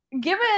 given